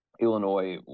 Illinois